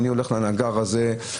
אני הולך לנגר הזה,